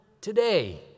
today